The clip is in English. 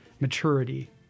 maturity